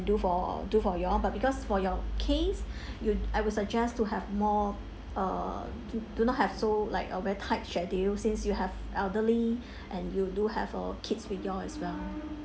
do for do for y'all but because for your case you I would suggest to have more uh d~ do not have so like a very tight schedule since you have elderly and you do have a kids with y'all as well